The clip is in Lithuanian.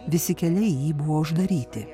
visi keliai į jį buvo uždaryti